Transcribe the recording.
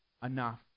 Enough